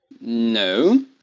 No